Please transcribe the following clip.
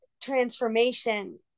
transformation